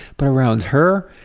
but around her,